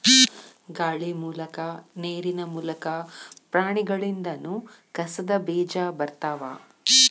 ಗಾಳಿ ಮೂಲಕಾ ನೇರಿನ ಮೂಲಕಾ, ಪ್ರಾಣಿಗಳಿಂದನು ಕಸದ ಬೇಜಾ ಬರತಾವ